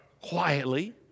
quietly